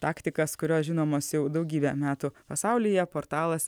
taktikas kurios žinomos jau daugybę metų pasaulyje portalas